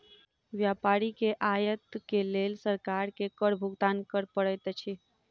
व्यापारी के आयत के लेल सरकार के कर भुगतान कर पड़ैत अछि